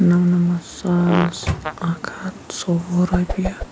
نَمنَمتھ ساس اَکھ ہَتھ ژۄوُہ رۄپیہِ